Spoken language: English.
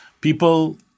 People